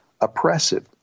oppressive